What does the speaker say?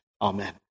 amen